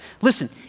Listen